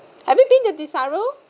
have you been to desaru